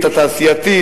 התעשייתית,